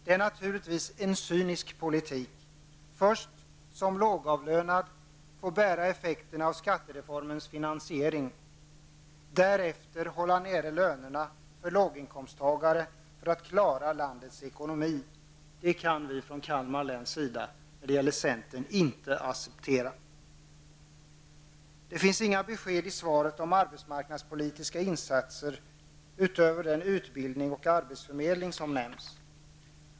Det är naturligtvis en cynisk politik att man som lågavlönad får bära effekterna av skattereformens finansiering samtidigt som lönerna för låginkomsttagare hålls nere för att det skall vara möjligt att klara landets ekonomi. Det kan vi i centern i Kalmar län inte acceptera. Det finns inga besked i svaret om arbetsmarknadspolitiska insatser utöver den utbildning och arbetsförmedling som nämns.